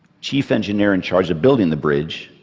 chief engineer in charge of building the bridge,